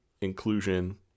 inclusion